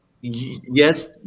yes